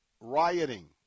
rioting